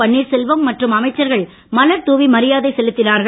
பன்னீர் செல்வம் மற்றும் அமைச்சர்கள் மலர் தூவி மரியாதை செலுத்தினார்கள்